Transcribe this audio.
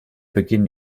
beginn